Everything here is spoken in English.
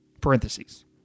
parentheses